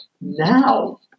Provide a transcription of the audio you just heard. now